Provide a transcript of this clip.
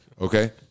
okay